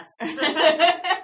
Yes